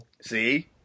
see